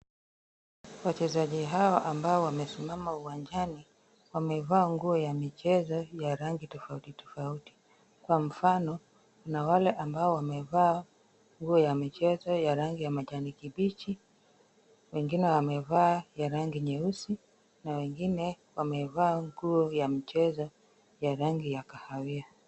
Wachezaji hawa ambao wamesimama uwanjani wamevaa nguo ya michezo ya rangi tofauti tofauti. kwa mfano ,kuna wale ambao wamevaa, nguo ya michezo ya rangi ya majani kibichi, wengine wamevaa ya rangi nyeusi na wengine wamevaa nguo ya mchezo ya rangi ya kahawia.